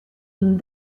een